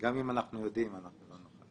גם אם אנחנו יודעים, אנחנו לא נוכל.